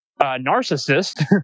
narcissist